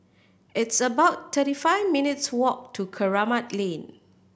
it's about thirty five minutes' walk to Kramat Lane